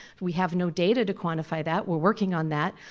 we have no data to quantify that, we're working on that,